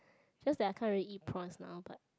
just that I can't really eat prawns now but